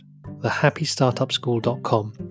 thehappystartupschool.com